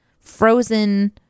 frozen